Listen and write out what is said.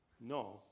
No